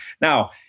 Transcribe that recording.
Now